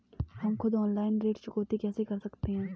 हम खुद ऑनलाइन ऋण चुकौती कैसे कर सकते हैं?